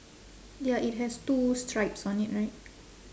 ya it has two stripes on it right